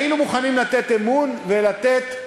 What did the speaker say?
היינו מוכנים לתת אמון ולתת,